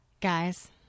Guys